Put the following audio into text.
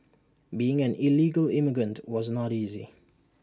being an illegal immigrant was not easy